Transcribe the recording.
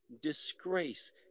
disgrace